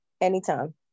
Anytime